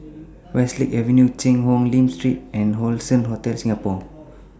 Westlake Avenue Cheang Hong Lim Street and Allson Hotel Singapore